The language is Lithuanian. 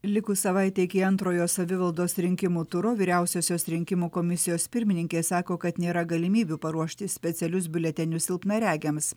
likus savaitei iki antrojo savivaldos rinkimų turo vyriausiosios rinkimų komisijos pirmininkė sako kad nėra galimybių paruošti specialius biuletenius silpnaregiams